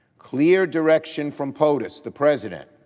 clear direction from potus's. the president.